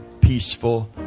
peaceful